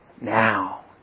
now